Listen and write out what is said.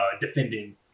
defending